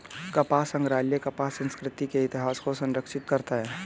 कपास संग्रहालय कपास संस्कृति के इतिहास को संरक्षित करता है